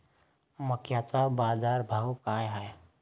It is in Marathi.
मक्याचा बाजारभाव काय हाय?